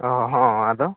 ᱚ ᱦᱚᱸ ᱟᱫᱚ